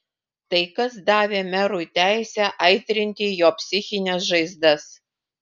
tai kas davė merui teisę aitrinti jo psichines žaizdas